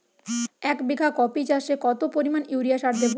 এক বিঘা কপি চাষে কত পরিমাণ ইউরিয়া সার দেবো?